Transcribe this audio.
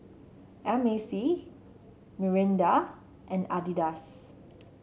M A C Mirinda and Adidas